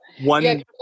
one